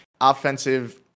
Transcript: offensive